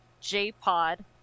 J-pod